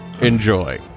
enjoy